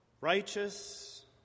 righteous